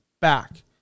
back